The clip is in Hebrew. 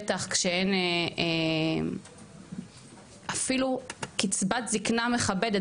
בטח כשאין אפילו קצבת זקנה מכבדת,